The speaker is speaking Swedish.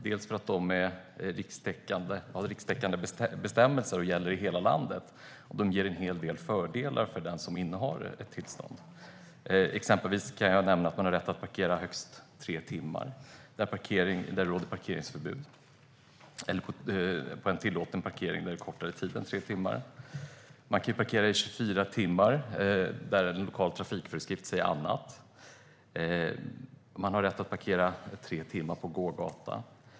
De gäller i hela landet med riksbetäckande bestämmelser, och det ger en hel del fördelar att inneha ett tillstånd. Exempelvis har man rätt att parkera högst tre timmar där det råder parkeringsförbud eller på en plats där parkering är tillåten kortare tid än tre timmar. Man kan parkera i 24 timmar där en lokal trafikföreskrift säger annat. Man har rätt att parkera tre timmar på gågata.